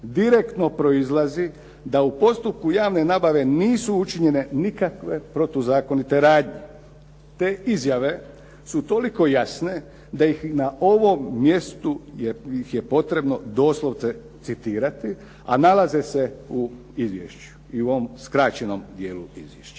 direktno proizlazi da u postupku javne nabave nisu učinjene nikakve protuzakonite radnje. Te izjave su toliko jasne da ih na ovom mjestu je potrebno doslovce citirati, a nalaze se u izvješću i u ovom skraćenom dijelu izvješća.